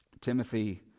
Timothy